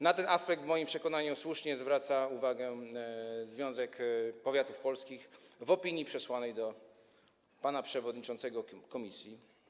Na ten aspekt, w moim przekonaniu, słusznie zwraca uwagę Związek Powiatów Polskich w opinii przesłanej do pana przewodniczącego komisji.